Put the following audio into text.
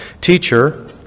Teacher